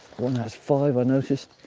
one has five, i noticed,